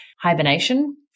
hibernation